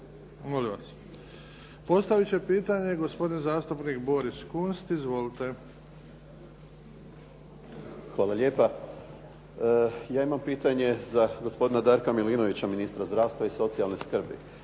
Molim vas. Postavit će pitanje gospodin zastupnik Boris Kunst. Izvolite. **Kunst, Boris (HDZ)** Hvala lijepa. Ja imam pitanje za gospodina Darka Milinovića, ministra zdravstva i socijalne skrbi.